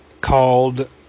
called